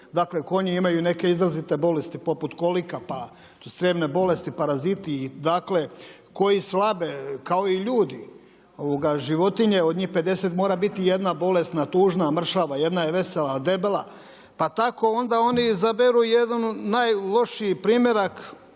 konji imaju neke izrazite bolesti poput kolika, pa su crijevne bolesti paraziti koji slabe kao i ljudi i životinje, od njih 50 mora biti jedna bolesna tužna, mršava, ja jedna je vesela, a debela. Pa tako onda oni izaberu jednu najlošiji primjerak